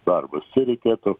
darbas čia reikėtų